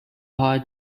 hire